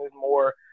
more